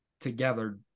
together